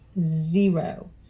zero